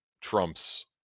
trump's